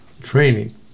training